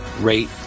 rate